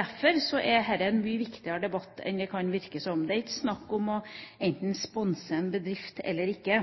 Derfor er dette en mye viktigere debatt enn det kan virke som. Det er ikke snakk om å sponse en bedrift eller ikke.